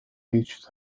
each